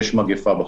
יש מגפה בחוץ,